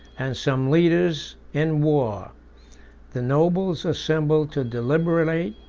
and some leaders in war the nobles assembled to deliberate,